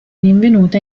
rinvenuta